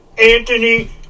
Anthony